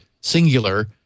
Singular